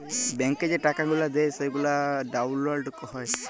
ব্যাংকে যে টাকা গুলা দেয় সেগলা ডাউল্লড হ্যয়